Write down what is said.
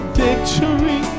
victory